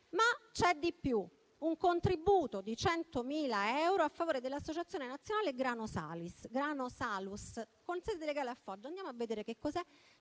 Ma c'è di più: un contributo di 100.000 euro a favore dell'Associazione nazionale G*rano Salus*, con sede legale a Foggia. Andiamo a vedere che cos'è: